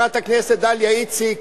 חברת הכנסת דליה איציק,